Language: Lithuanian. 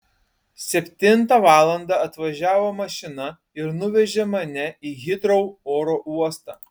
septintą valandą atvažiavo mašina ir nuvežė mane į hitrou oro uostą